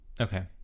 okay